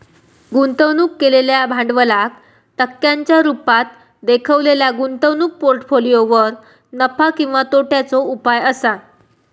गुंतवणूक केलेल्या भांडवलाक टक्क्यांच्या रुपात देखवलेल्या गुंतवणूक पोर्ट्फोलियोवर नफा किंवा तोट्याचो उपाय असा